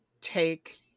take